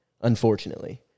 unfortunately